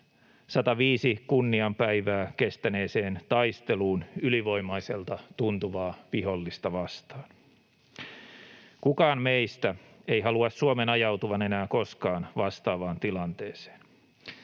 105 kunnian päivää kestäneeseen taisteluun ylivoimaiselta tuntuvaa vihollista vastaan. Kukaan meistä ei halua Suomen ajautuvan enää koskaan vastaavaan tilanteeseen.